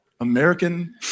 American